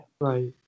Right